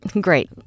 Great